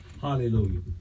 Hallelujah